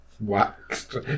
Waxed